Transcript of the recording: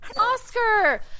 Oscar